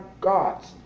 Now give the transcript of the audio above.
gods